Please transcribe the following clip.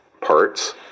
parts